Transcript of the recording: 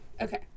Okay